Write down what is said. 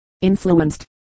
influenced